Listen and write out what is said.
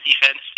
defense